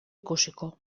ikusiko